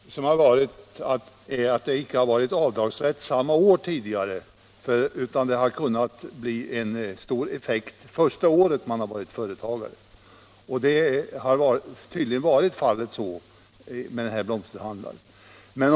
Herr talman! Tidigare hade man problemet att det inte förelåg avdragsrätt samma år, varför det kunde bli en kraftig effekt under första året som egen företagare. Det var tydligen detta som drabbade den här blomsterhandlaren.